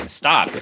stop